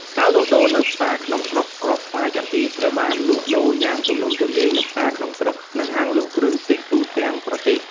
ការលក់ដូរនៅផ្សារក្នុងស្រុកគ្រាប់ស្វាយចន្ទីត្រូវបានលក់ដូរយ៉ាងទូលំទូលាយនៅ ផ្សារក្នុងស្រុក និងហាងលក់គ្រឿងទេស ទូទាំងប្រទេស។